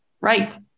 Right